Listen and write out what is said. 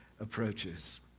approaches